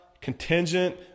contingent